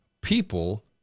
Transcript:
people